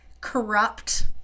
corrupt